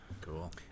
cool